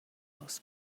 los